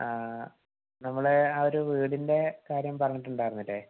നമ്മള് ആ ഒരു വീടിൻ്റെ കാര്യം പറഞ്ഞിട്ടുണ്ടായിരുന്നില്ലേ